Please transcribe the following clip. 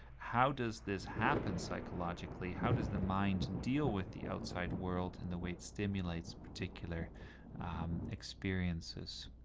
how does this happen psychologically? how does the mind deal with the outside world and the way it stimulates particular experiences?